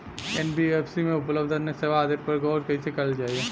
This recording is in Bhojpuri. एन.बी.एफ.सी में उपलब्ध अन्य सेवा आदि पर गौर कइसे करल जाइ?